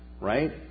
Right